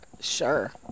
sure